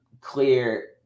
clear